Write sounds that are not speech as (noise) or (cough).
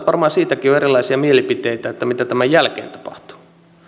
(unintelligible) varmaan siitäkin on erilaisia mielipiteitä että mitä tämän jälkeen tapahtuu